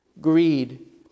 greed